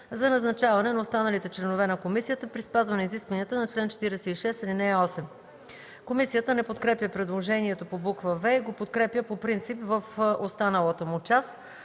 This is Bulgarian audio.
за назначаване на останалите членове на комисията при спазване изискването на чл. 46, ал. 8.” Комисията не подкрепя предложението по буква „в” и го подкрепя по принцип в останалата му част.